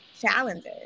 challenges